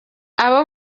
aba